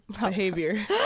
behavior